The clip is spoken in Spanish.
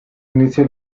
inicio